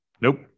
nope